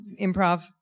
improv